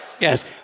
Yes